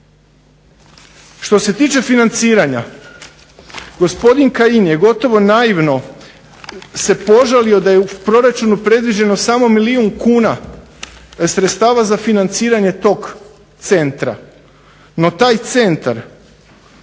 Što se tiče financiranja gospodin Kajin je gotovo naivno se požalio da je u proračunu predviđeno samo milijun kuna sredstava za financiranje tog centra. No, taj centar